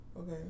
Okay